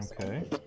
Okay